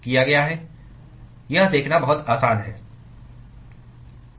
यह देखना बहुत आसान है